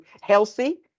healthy